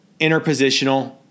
interpositional